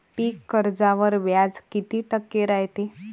पीक कर्जावर व्याज किती टक्के रायते?